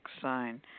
sign